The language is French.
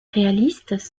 réalistes